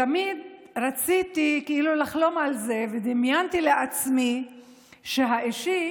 תמיד רציתי לחלום על זה, ודמיינתי לעצמי שהאישי